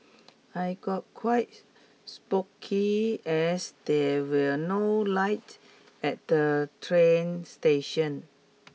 I got quite spooky as there were no lights at the train station